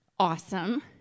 Awesome